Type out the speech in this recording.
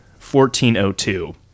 1402